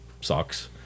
sucks